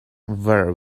very